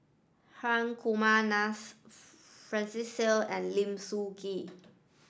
Hri Kumar Francis Seow and Lim Sun Gee